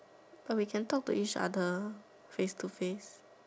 but we can talk to each other face to face